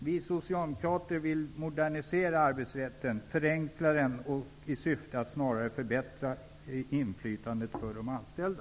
Vi socialdemokrater vill modernisera arbetsrätten, förenkla den i syfta att snarare förbättra inflytandet för de anställda.